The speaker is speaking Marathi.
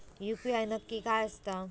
यू.पी.आय नक्की काय आसता?